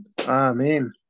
Amen